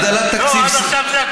הגדלת תקציב, לא, עד עכשיו זה,